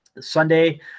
Sunday